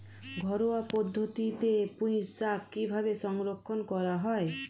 ঘরোয়া পদ্ধতিতে পুই শাক কিভাবে সংরক্ষণ করা হয়?